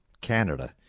Canada